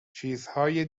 چیزهای